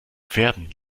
pferden